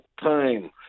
time